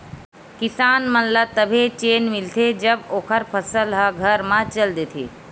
किसान मन ल तभे चेन मिलथे जब ओखर फसल ह घर म चल देथे